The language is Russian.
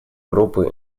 группы